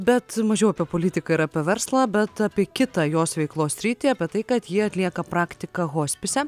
bet mažiau apie politiką ir apie verslą bet apie kitą jos veiklos sritį apie tai kad ji atlieka praktiką hospise